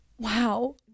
wow